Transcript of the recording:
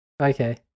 Okay